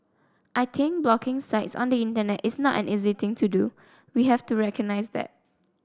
I think blocking sites on the Internet is not an easy thing to do we have to recognise that